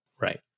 Right